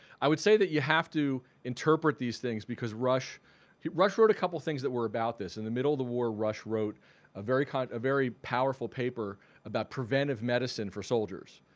i would say that you have to interpret these things because rush rush wrote a couple things that were about this. in the middle of the war rush wrote a very kind of very powerful paper about preventive medicine for soldiers.